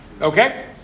Okay